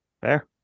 Fair